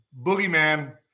boogeyman